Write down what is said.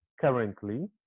currently